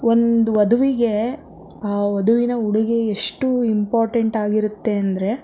ಒಂದು ವಧುವಿಗೆ ಆ ವಧುವಿನ ಉಡುಗೆ ಎಷ್ಟು ಇಂಪಾರ್ಟೆಂಟ್ ಆಗಿರುತ್ತೆ ಅಂದರೆ